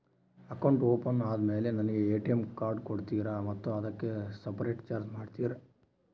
Account open ಆದಮೇಲೆ ನನಗೆ ATM card ಕೊಡ್ತೇರಾ ಮತ್ತು ಅದಕ್ಕೆ ಸಪರೇಟ್ ಚಾರ್ಜ್ ಮಾಡ್ತೇರಾ?